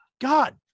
God